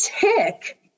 tick